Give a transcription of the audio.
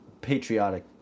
patriotic